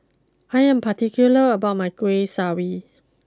I am particular about my Kueh